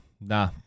Nah